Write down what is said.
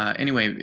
anyway,